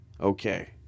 okay